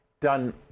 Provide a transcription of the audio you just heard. done